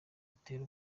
batera